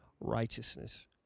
righteousness